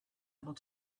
able